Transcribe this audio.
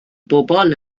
bobl